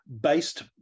based